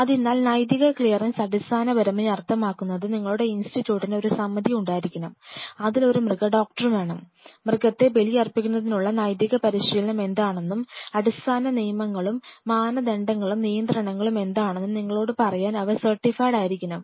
അതിനാൽ നൈതിക ക്ലിയറൻസ് അടിസ്ഥാനപരമായി അർത്ഥമാക്കുന്നത് നിങ്ങളുടെ ഇൻസ്റ്റിറ്റ്യൂട്ടിന് ഒരു സമിതി ഉണ്ടായിരിക്കണം അതിൽ ഒരു മൃഗ ഡോക്ടറും വേണം മൃഗത്തെ ബലിയർപ്പിക്കുന്നതിനുള്ള നൈതിക പരിശീലനം എന്താണെന്നും അടിസ്ഥാന നിയമങ്ങളും മാനദണ്ഡങ്ങളും നിയന്ത്രണങ്ങളും എന്താണെന്നും നിങ്ങളോട് പറയാൻ അവർ സെർട്ടിഫൈഡ് ആയിരിക്കണം